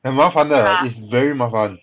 很麻烦的 is very 麻烦